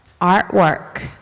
artwork